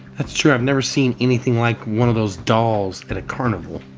that's true, i've never seen anything like one of those dolls at a carnival.